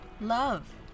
love